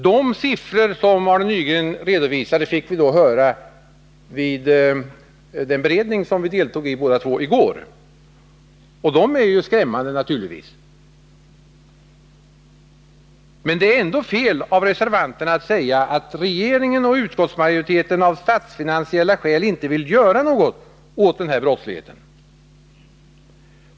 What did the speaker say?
De siffror som Arne Nygren redovisade fick vi höra vid den beredning som vi deltog i båda två i går, och de är naturligtvis skrämmande. Men det är ändå fel av reservanterna att säga att regeringen och utskottsmajoriteten av statsfinansiella skäl inte vill göra något åt den här brottsligheten.